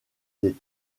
des